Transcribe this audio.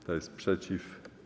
Kto jest przeciw?